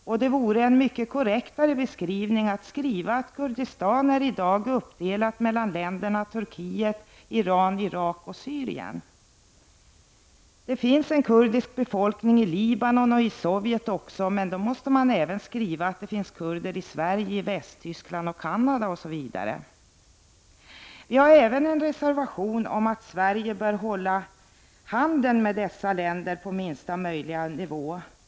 Och det vore en mycket korrektare beskrivning att skriva att Kurdistan i dag är uppdelat mellan länderna Turkiet, Iran, Irak och Syrien. Det finns en kurdisk befolkning i Libanon och även i Sovjet, men då måste man även skriva att det finns kurder i Sverige, Västtyskland, Canada, osv. Vänsterpartiet har även avgivit en reservation om att Sverige bör hålla handeln med dessa länder på lägsta möjliga nivå.